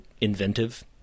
inventive